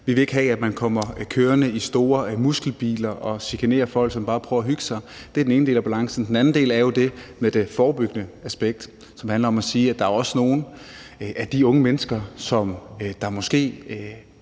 Vi vil ikke have, at man kommer kørende i store muskelbiler og chikanerer folk, som bare prøver at hygge sig. Det er den ene del af balancen. Den anden del er det med det forebyggende aspekt, som handler om at sige, at der jo også er nogle af de unge mennesker, som måske